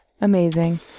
Amazing